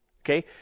Okay